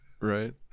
Right